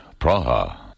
Praha